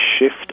shift